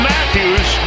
Matthews